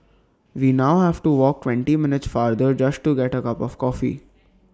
we now have to walk twenty minutes farther just to get A cup of coffee